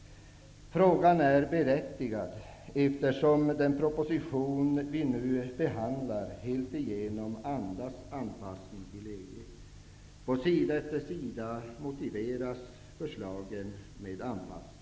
Frågan är berättigad, eftersom den proposition vi nu behandlar helt igenom andas anpassning till EG. På sida efter sida motiveras förslagen med anpassning.